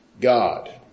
God